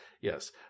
yes